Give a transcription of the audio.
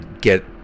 get